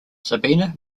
sabina